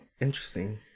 interesting